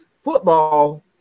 football